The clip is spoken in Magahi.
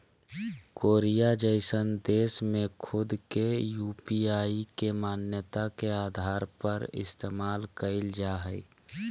कोरिया जइसन देश में खुद के यू.पी.आई के मान्यता के आधार पर इस्तेमाल कईल जा हइ